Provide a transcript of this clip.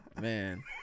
Man